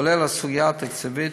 כולל הסוגיה התקציבית,